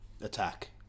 attack